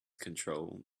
control